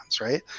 right